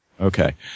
Okay